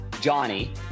Johnny